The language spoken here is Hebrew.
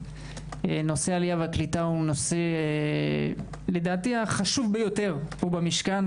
נושא העלייה והקליטה הוא לדעתי הנושא החשוב ביותר במשכן.